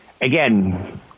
Again